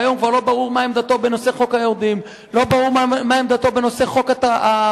והיום כבר לא ברור מה עמדתו בנושא חוק היורדים,